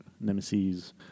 Nemesis